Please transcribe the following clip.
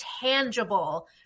tangible